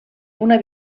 una